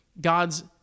God's